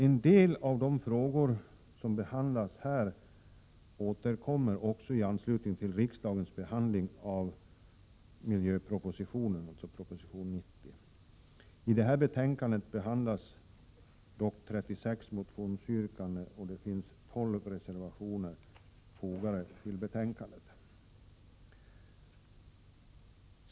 En del av de frågor som behandlas här återkommer också i anslutning till riksdagens behandling av miljöpropositionen, proposition 1987/88:90. I det här betänkandet behandlas 36 motionsyrkanden, och det finns 12 reservationer fogade till betänkandet.